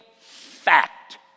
fact